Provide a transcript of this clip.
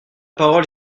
parole